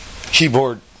keyboard